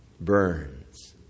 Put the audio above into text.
burns